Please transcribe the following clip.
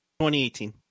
2018